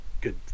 good